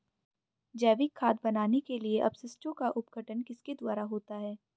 जैविक खाद बनाने के लिए अपशिष्टों का अपघटन किसके द्वारा होता है?